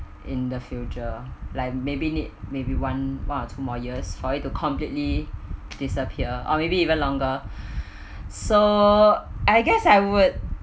in the future like maybe need maybe one one or two more years for it to completely disappear or maybe even longer so I guess I would